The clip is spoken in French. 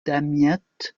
damiette